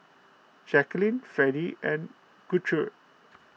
Jacquline Fredy and Gertrude